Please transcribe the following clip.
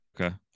Okay